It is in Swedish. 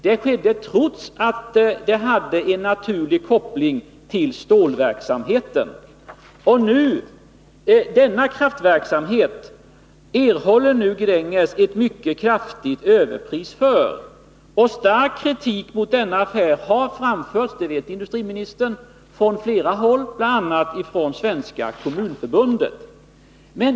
Detta skedde trots att det fanns en naturlig koppling till stålverksamheten. För denna kraftverksamhet erhåller Gränges nu ett mycket kraftigt överpris. Stark kritik mot denna affär har framförts — det vet industriministern — från flera håll, bl.a. från Svenska kommunförbundet.